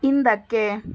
ಹಿಂದಕ್ಕೆ